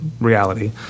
reality